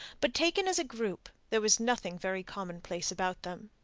but taken as a group there was nothing very commonplace about them,